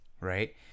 right